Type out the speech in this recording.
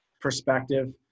perspective